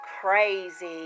crazy